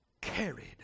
carried